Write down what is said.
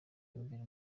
imbere